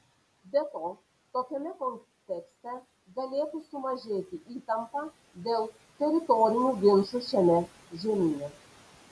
be to tokiame kontekste galėtų sumažėti įtampa dėl teritorinių ginčų šiame žemyne